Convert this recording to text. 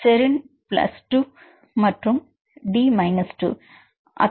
serine 2 மற்றும் d 2